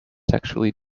sexually